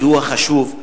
והוא החשוב,